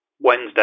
Wednesday